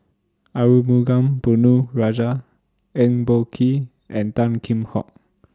Arumugam Ponnu Rajah Eng Boh Kee and Tan Kheam Hock